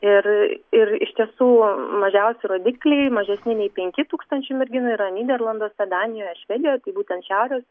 ir ir iš tiesų mažiausi rodikliai mažesni nei penki tūkstančiai merginų yra nyderlanduose danijoje švedijoje tai būtent šiaurės